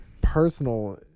personal